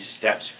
steps